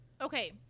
okay